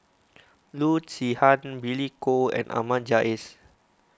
Loo Zihan Billy Koh and Ahmad Jais